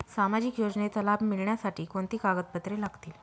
सामाजिक योजनेचा लाभ मिळण्यासाठी कोणती कागदपत्रे लागतील?